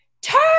turn